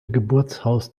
geburtshaus